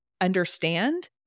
understand